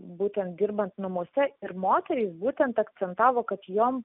būtent dirbant namuose ir moterys būtent akcentavo kad jom